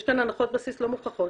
יש כאן הנחות בסיס לא מוכחות